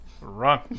Run